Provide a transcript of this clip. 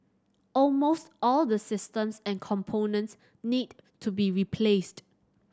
almost all the systems and components need to be replaced